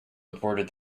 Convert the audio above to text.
aborted